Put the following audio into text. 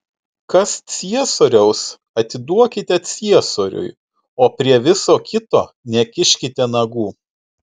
kas ciesoriaus atiduokite ciesoriui o prie viso kito nekiškite nagų